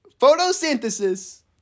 photosynthesis